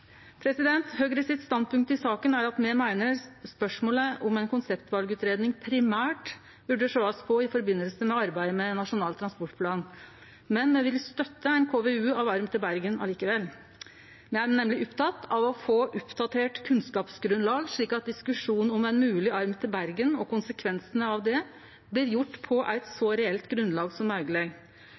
i saka er at me meiner at spørsmålet om ei konseptvalutgreiing primært burde bli sett på i samband med arbeidet med Nasjonal transportplan, men me vil støtte ein KVU av arm til Bergen likevel. Me er nemleg opptekne av å få eit oppdatert kunnskapsgrunnlag, slik at diskusjonen om ein mogleg arm til Bergen og konsekvensane av det blir gjort på eit så reelt grunnlag som mogleg.